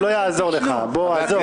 זה לא יעזור לך, בועז.